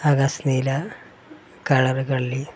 ആകാശ നീല കളറുകളിൽ